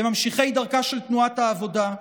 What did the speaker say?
כממשיכי דרכה של תנועת העבודה,